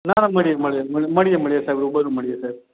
ના ના મળીએ મળીએ મળીએ સાહેબ રુબરુ મળીએ સાહેબ